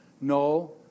No